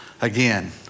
again